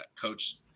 coach